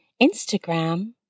Instagram